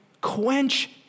quench